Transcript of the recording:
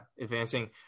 advancing